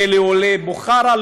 זה לעולי בוכרה,